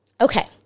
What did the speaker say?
Okay